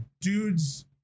dude's